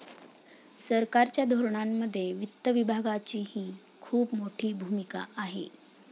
सरकारच्या धोरणांमध्ये वित्त विभागाचीही खूप मोठी भूमिका आहे